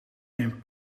een